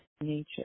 nature